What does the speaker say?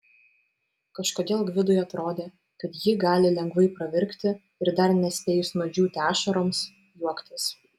kažkodėl gvidui atrodė kad ji gali lengvai pravirkti ir dar nespėjus nudžiūti ašaroms juoktis